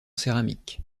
céramique